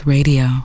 Radio